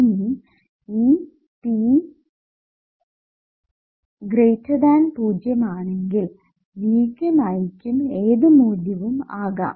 ഇനി ഈ P 0 ആണെങ്കിൽ V യ്ക്കും I യ്ക്കും ഏത് മൂല്യവും ആകാം